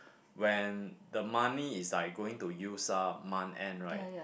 when the money is like going to use up month end right